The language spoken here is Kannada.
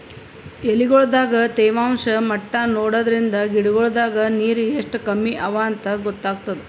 ಎಲಿಗೊಳ್ ದಾಗ ತೇವಾಂಷ್ ಮಟ್ಟಾ ನೋಡದ್ರಿನ್ದ ಗಿಡಗೋಳ್ ದಾಗ ನೀರ್ ಎಷ್ಟ್ ಕಮ್ಮಿ ಅವಾಂತ್ ಗೊತ್ತಾಗ್ತದ